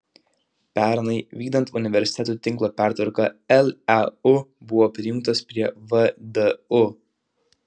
pernai vykdant universitetų tinklo pertvarką leu buvo prijungtas prie vdu